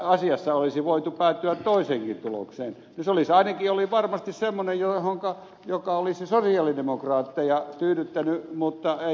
asiassa olisi voitu päätyä toiseenkin tulokseen ja se olisi ainakin ollut varmasti semmoinen joka olisi sosialidemokraatteja tyydyttänyt mutta ei tuottajajärjestöjä